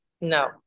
no